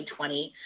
2020